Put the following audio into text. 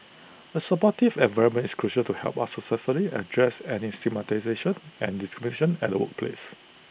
A supportive environment is crucial to help us successfully address any stigmatisation and discrimination at workplace